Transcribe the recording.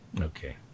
Okay